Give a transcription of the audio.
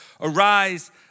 arise